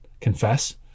confess